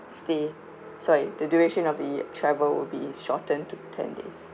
stay sorry the duration of the travel will be shortened to ten days